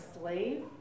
slave